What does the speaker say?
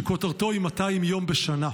שכותרתו היא: 200 יום בשנה.